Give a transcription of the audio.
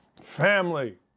family